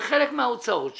וזה חלק מההוצאות שלו.